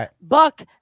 Buck